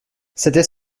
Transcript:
c’était